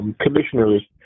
commissioners